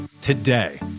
today